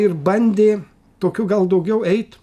ir bandė tokiu gal daugiau eit